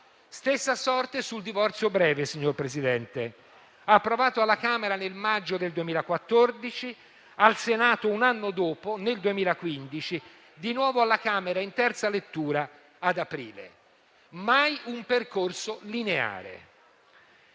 Stessa sorte per il divorzio breve, signor Presidente: approvato alla Camera nel maggio del 2014, al Senato un anno dopo nel 2015, di nuovo alla Camera in terza lettura ad aprile. Mai un percorso lineare.